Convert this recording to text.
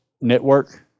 network